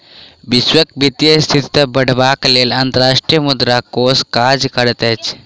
वैश्विक वित्तीय स्थिरता बढ़ेबाक लेल अंतर्राष्ट्रीय मुद्रा कोष काज करैत अछि